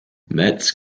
metz